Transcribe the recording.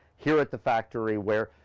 here at the factory where,